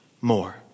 more